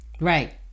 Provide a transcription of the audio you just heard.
Right